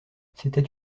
c’était